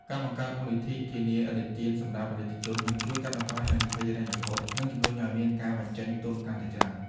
ការបង្កើត "មូលនិធិធានាឥណទានសម្រាប់ អាណិកជន" នឹងជួយកាត់បន្ថយហានិភ័យហិរញ្ញវត្ថុ និងជម្រុញឱ្យមានការបញ្ចេញទុនកាន់តែច្រើន។